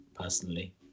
personally